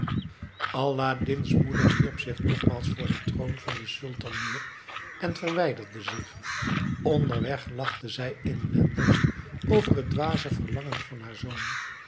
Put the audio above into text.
aladdin's moeder wierp zich nogmaals voor den troon van den sultan neer en verwijderde zich onderweg lachte zij inwendig over het dwaze verlangen van haar zoon